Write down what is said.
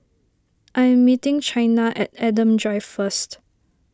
I am meeting Chynna at Adam Drive first